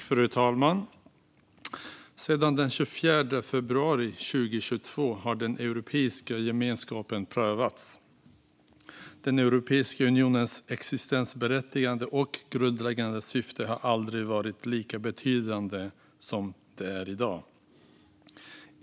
Fru talman! Sedan den 24 februari 2022 har den europeiska gemenskapen prövats. Europeiska unionens existensberättigande och grundläggande syfte har aldrig varit lika betydande som i dag.